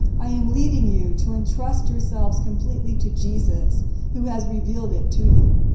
i am leading you to entrust yourselves completely to jesus who has revealed it to you.